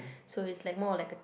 so is like more like a